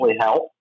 help